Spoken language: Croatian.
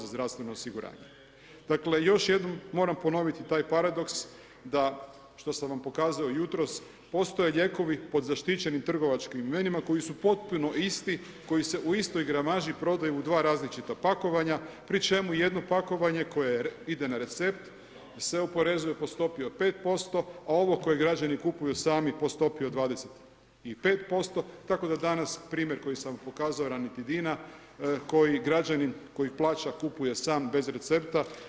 Dakle još jednom moram ponoviti taj paradoks da, što sam vam pokazao jutros, postoje lijekovi pod zaštićenim trgovačkim imenima koji su potpuno isti, koji se u istoj gramaži prodaju u dva različita pakovanja pri čemu jedno pakovanje koje ide na recept se oporezuje po stopi od 5%, a ovo koje građani kupuju sami po stopi od 25%, tako da danas primjer koji sam vam pokazao ranitidina koji građanin, koji plaća, kupuje sam bez recepta.